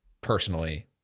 personally